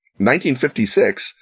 1956